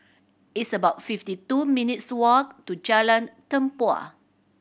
it's about fifty two minutes' walk to Jalan Tempua